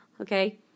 Okay